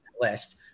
list